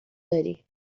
داری